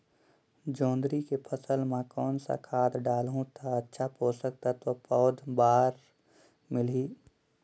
जोंदरी के फसल मां कोन सा खाद डालहु ता अच्छा पोषक तत्व पौध बार मिलही?